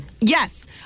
Yes